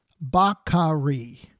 Bakari